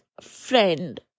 friend